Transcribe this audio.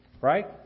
Right